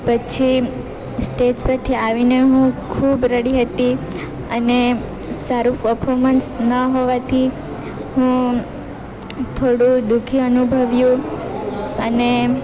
પછી સ્ટેજ પરથી આવીને હું ખૂબ રડી હતી અને સારો પરફોર્મન્સ ન હોવાથી હું થોડું દુ ખી અનુભવ્યું અને